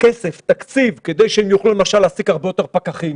כסף ותקציב כדי שהם יוכלו למשל להעסיק הרבה יותר פקחים